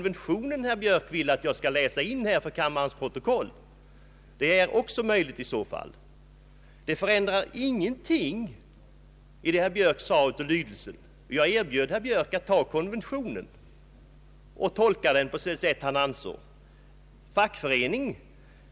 Vill herr Björk att jag skall läsa in hela konventionen i kammarens protokoll? Det är också möjligt i så fall. Vad herr Björk här sade förändrar ingenting av lydelsen i artikeln. Jag erbjöd herr Björk att ta konventionen och tolka den på det sätt han ansåg vara riktigt.